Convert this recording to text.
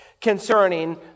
concerning